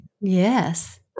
Yes